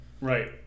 Right